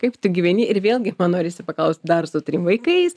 kaip tu gyveni ir vėlgi norisi paklaust dar su trim vaikais